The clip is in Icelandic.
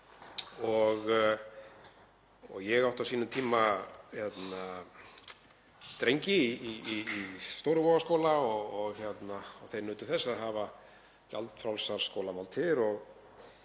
Ég átti á sínum tíma drengi í Stóru-Vogaskóla og þeir nutu þess að hafa gjaldfrjálsar skólamáltíðir